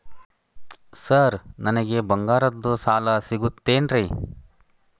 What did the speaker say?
Sir ನನಗೆ ಬಂಗಾರದ್ದು ಸಾಲ ಸಿಗುತ್ತೇನ್ರೇ?